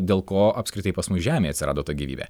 dėl ko apskritai pas mus žemėj atsirado ta gyvybė